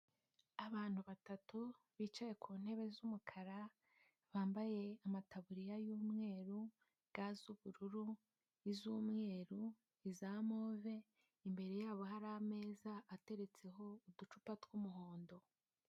Abantu batatu bicaye ku ntebe z'umukara, bambaye amataburiya y'umweru, ga z'ubururu ,iz'umweru, iza move imbere yabo hari ameza ateretseho uducupa tw'umuhondo.